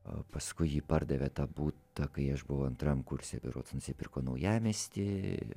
o paskui ji pardavė tą butą kai aš buvau antram kurse berods nusipirko naujamiesty